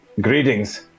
greetings